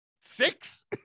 six